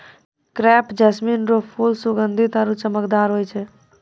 crepe jasmine रो फूल सुगंधीत आरु चमकदार होय छै